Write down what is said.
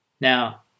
Now